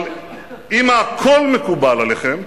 אבל אם הכול מקובל עליכם,